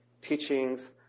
teachings